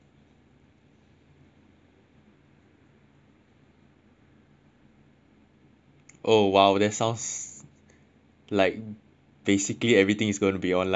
oh !wow! that sounds like basically everything is going to be online then especially for our course